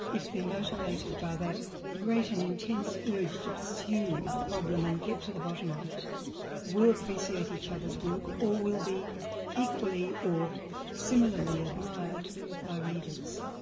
if they're motivated by that great and intense urge to pursue a problem and get to the bottom of it will appreciate each other's work or will be equally, or similarly admired by readers.